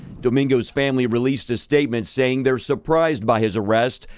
domingo's family released a statement saying they're surprised by his arrest.